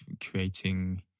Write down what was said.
creating